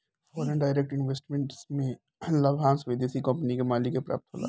foreign direct investment में लाभांस विदेशी कंपनी के मालिक के प्राप्त होला